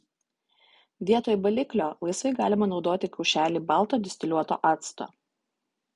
vietoj baliklio laisvai galima naudoti kaušelį balto distiliuoto acto